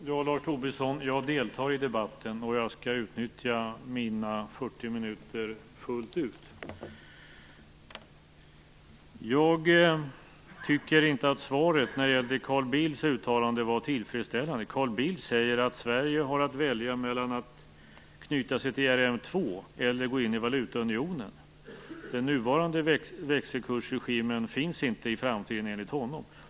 Herr talman! Jag deltar i debatten, Lars Tobisson, och jag skall utnyttja min tid fullt ut. Jag tycker inte att svaret om Carl Bildts uttalande var tillfredsställande. Carl Bildt säger att Sverige har att välja mellan att knyta sig till ERM 2 och att gå in valutaunionen. Den nuvarande växelkursregimen finns enligt honom inte i framtiden.